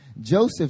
Joseph